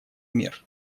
мер